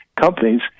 companies